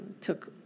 took